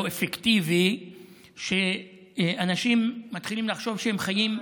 אפקטיבי שאנשים מתחילים לחשוב שהם חיים,